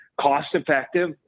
cost-effective